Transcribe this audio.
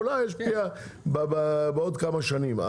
אולי הוא ישפיע בעוד כמה שנים.